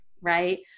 right